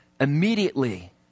immediately